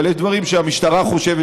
אבל יש דברים שהמשטרה חושבת,